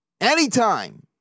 anytime